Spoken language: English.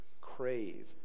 crave